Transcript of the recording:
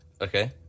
Okay